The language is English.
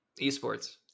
Esports